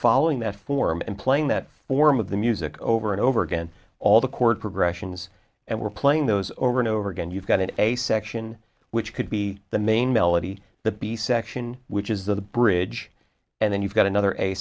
following that form and playing that form of the music over and over again all the chord progressions and we're playing those over and over again you've got an a section which could be the main melody the b section which is the bridge and then you've got another a